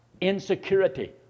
insecurity